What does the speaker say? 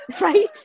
Right